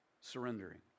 surrendering